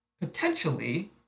potentially